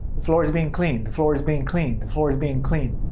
the floor is being cleaned. the floor is being cleaned. the floor is being cleaned.